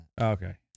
Okay